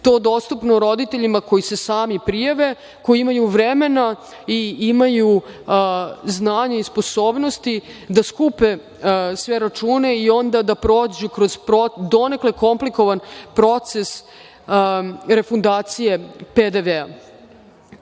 to dostupno roditeljima koji se sami prijave, koji imaju vremena i imaju znanja i sposobnosti da skupe sve račune i onda da prođu kroz donekle komplikovan proces refundacije PDV-a. Ovde